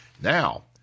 Now